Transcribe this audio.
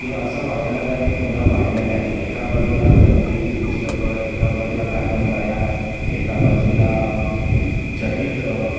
हे असं वाचनालय मी पुन्हा पाहिलं नाही एका बाजूला कवितेची पुस्तकं एका बाजूला कादंबऱ्या एका बाजूला चरित्र